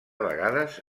vegades